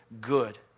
good